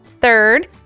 Third